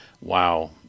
wow